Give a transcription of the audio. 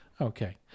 Okay